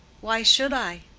why should i?